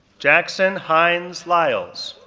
jackson hines liles,